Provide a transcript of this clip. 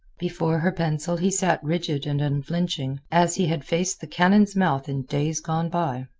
before her pencil he sat rigid and unflinching, as he had faced the cannon's mouth in days gone by.